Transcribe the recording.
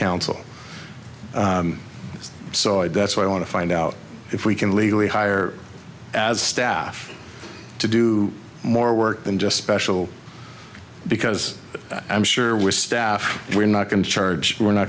counsel so i'd that's why i want to find out if we can legally hire as staff to do more work than just special because i'm sure we're staff we're not going to charge we're not